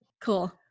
Cool